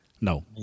No